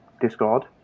Discord